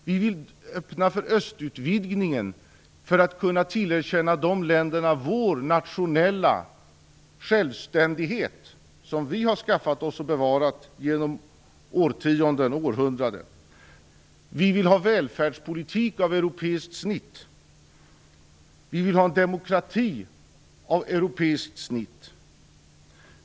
Vi vill öppna för östutvidgningen för att kunna tillerkänna dessa länder den nationella självständighet som vi har skaffat oss och bevarat genom århundraden. Vi vill ha välfärdspolitik av europeiskt snitt. Vi vill ha demokrati av europeiskt snitt.